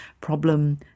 problem